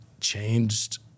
changed